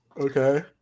Okay